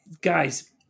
guys